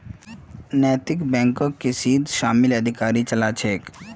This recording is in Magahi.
नैतिक बैकक इसीत शामिल अधिकारी चला छे